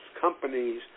companies